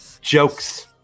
Jokes